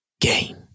game